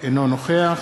אינו נוכח